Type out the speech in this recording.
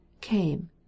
came